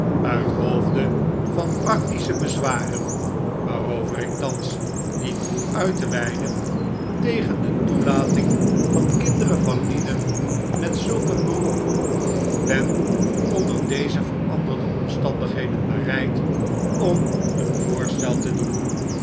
toegelaten uithoofde van practische bezwaren waarover ik thans niet behoef uit te weiden tegen de toelating van kinderen van lieden met zulk een beroep ben onder deze veranderde omstandigheden bereid om een voorstel te doen